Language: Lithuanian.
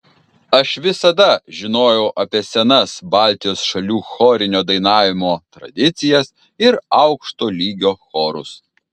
aš visada žinojau apie senas baltijos šalių chorinio dainavimo tradicijas ir aukšto lygio chorus